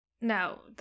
no